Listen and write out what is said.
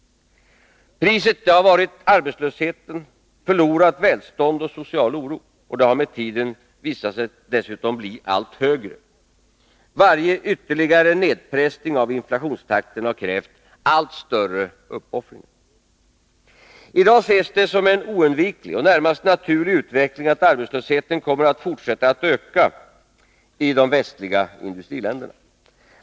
Priset i form av arbetslöshet, förlorat välstånd och social oro har dessutom med tiden visat sig bli allt högre. Varje ytterligare nedpressning av inflationstakten har krävt allt större uppoffringar. I dag ses det som en oundviklig och närmast naturlig utveckling att arbetslösheten kommer att fortsätta att öka i de västliga industriländerna.